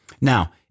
Now